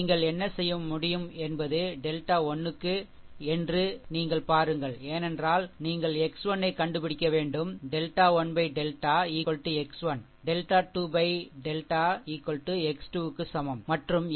நீங்கள் என்ன செய்ய முடியும் என்பது டெல்டா 1 க்கு என்று நீங்கள் பாருங்கள் ஏனென்றால் நீங்கள் x 1 ஐ கண்டுபிடிக்க வேண்டும் டெல்டா 1 டெல்டா x 1 சமம் டெல்டா 2 டெல்டா x 2 சமம் மற்றும் xn டெல்டா n டெல்டா சரி